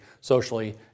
socially